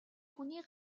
хүний